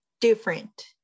Different